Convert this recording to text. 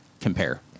compare